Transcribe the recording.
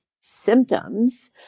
symptoms